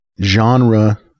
genre